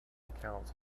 accounts